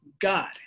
God